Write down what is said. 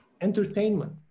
entertainment